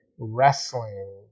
wrestling